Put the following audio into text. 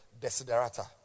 desiderata